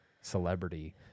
celebrity